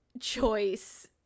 choice